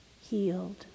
healed